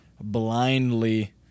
blindly